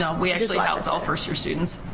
no, we actually house all first year students.